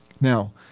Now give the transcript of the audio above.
Now